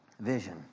Vision